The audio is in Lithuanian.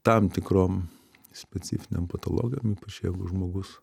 tam tikrom specifinėm patologijom ypač jeigu žmogus